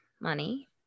money